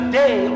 day